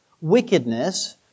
wickedness